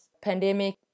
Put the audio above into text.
pandemic